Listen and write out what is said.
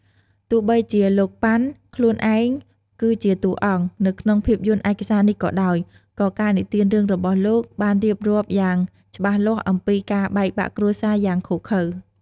ទោះបីជាលោក ប៉ាន់ ខ្លួនឯងគឺជា "តួអង្គ" នៅក្នុងភាពយន្តឯកសារនេះក៏ដោយ ក៏ការនិទានរឿងរបស់លោកបានរៀបរាប់យ៉ាងច្បាស់លាស់អំពី ការបែកបាក់គ្រួសារយ៉ាងឃោរឃៅ។